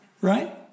Right